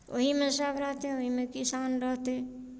ओहीमे सभ रहतै ओहीमे किसान रहतै